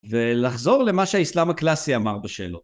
ולחזור למה שהאיסלאם הקלאסי אמר בשאלות.